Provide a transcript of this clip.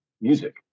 music